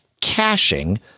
caching